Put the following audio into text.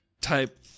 type